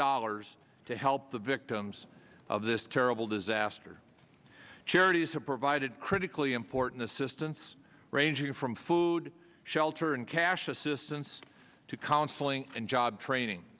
dollars to help the victims of this terrible disaster charities have provided critically important assistance ranging from food shelter and cash assistance to counseling and job training